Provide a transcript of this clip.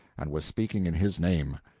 and was speaking in his name.